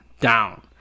down